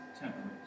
temperance